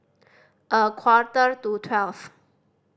a quarter to twelve